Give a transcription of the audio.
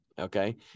Okay